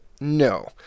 no